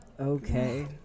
okay